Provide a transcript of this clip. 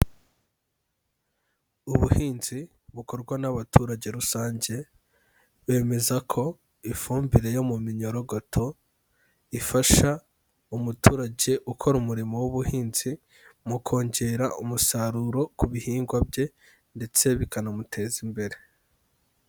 Ubuhinzi bukorwa n'abaturage rusange bemeza ko ifumbire yo mu minyorogoto ifasha umuturage ukora umurimo w'ubuhinzi mu kongera umusaruro ku bihingwa bye ndetse bikanamuteza imbere.